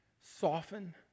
soften